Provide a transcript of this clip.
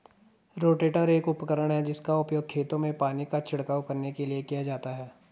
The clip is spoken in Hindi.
रोटेटर एक उपकरण है जिसका उपयोग खेतों में पानी का छिड़काव करने के लिए किया जाता है